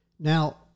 Now